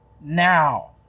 now